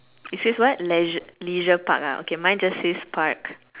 it says what Leisure Leisure Park ah okay mine just says Park